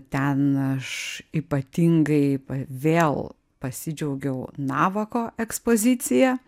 ten aš ypatingai pa vėl pasidžiaugiau navako ekspozicija